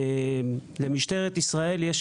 למשטרת ישראל יש